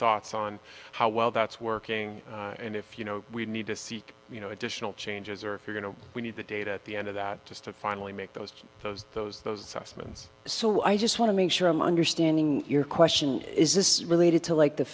thoughts on how well that's working and if you know we need to seek you know additional changes or if you know we need the data at the end of that just to finally make those those those those assessments so i just want to make sure i'm understanding your question is this related to like the